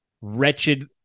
wretched